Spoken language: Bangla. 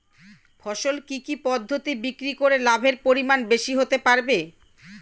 ফসল কি কি পদ্ধতি বিক্রি করে লাভের পরিমাণ বেশি হতে পারবে?